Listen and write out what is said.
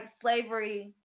slavery